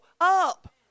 up